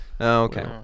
okay